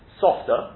softer